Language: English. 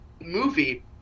movie